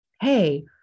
Hey